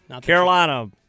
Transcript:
Carolina